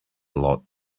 lot